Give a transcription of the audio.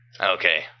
Okay